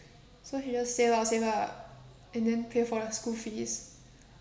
so she just save up save up and then pay for her school fees